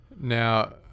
Now